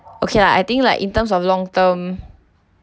okay lah I think like in terms of long term